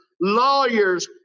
lawyers